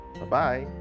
Bye-bye